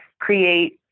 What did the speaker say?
create